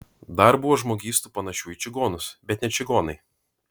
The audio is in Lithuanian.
dar buvo žmogystų panašių į čigonus bet ne čigonai